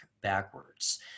backwards